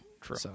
true